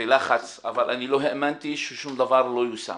ולחץ, אבל אני לא האמנתי ששום דבר לא יושם.